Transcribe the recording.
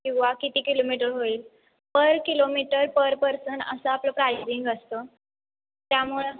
किंवा किती किलोमीटर होईल पर किलोमीटर पर पर्सन असं आपलं प्रांयजिंग असतं त्यामुळं